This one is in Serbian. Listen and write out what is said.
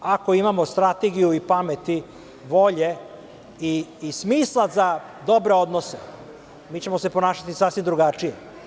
Ako imamo strategiju i pameti, volje i smisla za dobre odnose, mi ćemo se ponašati sasvim drugačije.